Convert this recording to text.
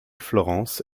florence